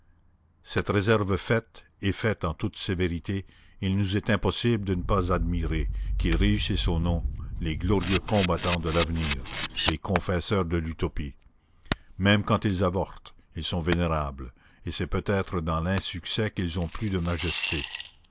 cette réserve faite et faite en toute sévérité il nous est impossible de ne pas admirer qu'ils réussissent ou non les glorieux combattants de l'avenir les confesseurs de l'utopie même quand ils avortent ils sont vénérables et c'est peut-être dans l'insuccès qu'ils ont plus de majesté